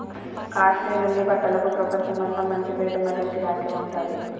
కాశ్మీర్ ఉన్ని బట్టలకు ప్రపంచమంతా మంచి పేరు మరియు గిరాకీ ఉంటది